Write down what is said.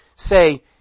Say